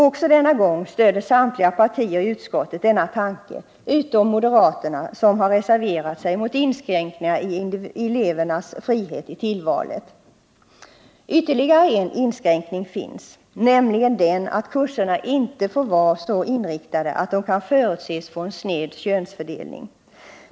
Också denna gång stöder samtliga partier i utskottet denna tanke utom moderaterna som har reserverat sig emot inskränkningar i elevernas frihet i tillvalet. Ytterligare en inskränkning finns, nämligen den att kurserna inte får vara så inriktade att de kan förutses få en sned könsfördelning.